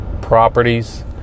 properties